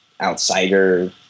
outsider